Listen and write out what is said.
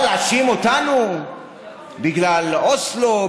אבל להאשים אותנו בגלל אוסלו?